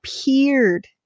appeared